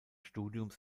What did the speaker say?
studiums